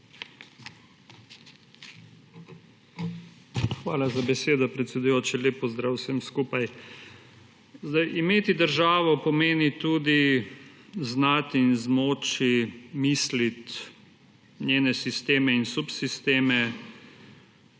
Hvala za besedo, predsedujoči. Lep pozdrav vsem skupaj! Imeti državo pomeni tudi znati in zmoči, misliti njene sisteme in subsisteme,